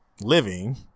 living